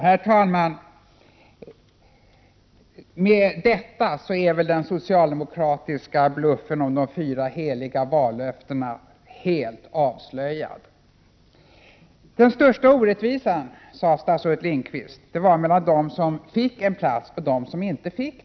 Herr talman! Med detta är väl den socialdemokratiska bluffen om de fyra heliga vallöftena helt avslöjad. Den stora orättvisan, sade statsrådet Lindqvist, föreligger mellan dem som fått en plats och dem som inte fått det.